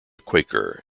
quaker